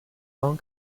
hong